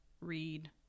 read